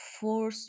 four